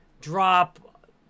drop